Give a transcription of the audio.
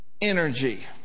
energy